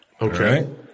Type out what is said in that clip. Okay